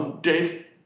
Dave